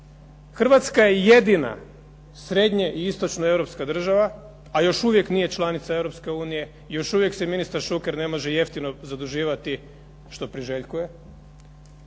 Hrvatska je jedina srednje i istočnoeuropska država, a još uvijek nije članica Europske unije, još uvijek se ministar Šuker ne može jeftino zaduživati što priželjkuje.